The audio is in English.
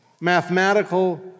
mathematical